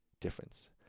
difference